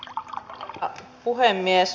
arvoisa puhemies